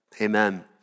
Amen